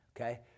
Okay